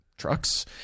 trucks